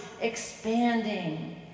expanding